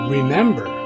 Remember